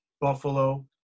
Buffalo